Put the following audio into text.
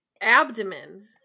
abdomen